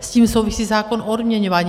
S tím souvisí zákon o odměňování.